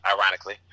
ironically